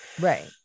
Right